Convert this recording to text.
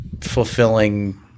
fulfilling